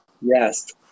Yes